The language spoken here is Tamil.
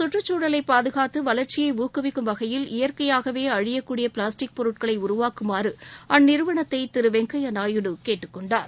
கற்றுச் சூழலை பாதுகாத்து வளர்ச்சியை ஊக்குவிக்கும் வகையில் இயற்கையாகவே அழியக் கூடிய பிளாஸ்டிக் பொருட்களை உருவாக்குமாறு அந்நிறுவனத்தை திரு வெங்கப்யா நாயுடு கேட்டுக் கொண்டார்